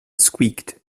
squeaked